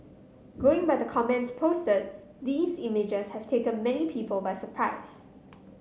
going by the comments posted these images have taken many people by surprise